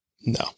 No